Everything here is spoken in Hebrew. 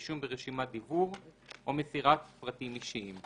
רישום ברשימת דיוור או מסירת פרטים אישיים."